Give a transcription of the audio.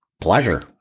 Pleasure